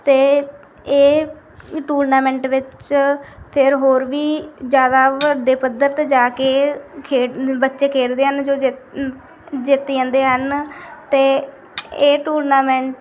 ਅਤੇ ਇਹ ਟੂਰਨਾਮੈਂਟ ਵਿੱਚ ਫਿਰ ਹੋਰ ਵੀ ਜ਼ਿਆਦਾ ਵੱਡੇ ਪੱਧਰ 'ਤੇ ਜਾ ਕੇ ਖੇਡ ਬੱਚੇ ਖੇਡਦੇ ਹਨ ਜੋ ਜਿੱਤ ਅ ਜਿੱਤ ਜਾਂਦੇ ਹਨ ਅਤੇ ਇਹ ਟੂਰਨਾਮੈਂ